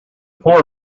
poor